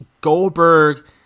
Goldberg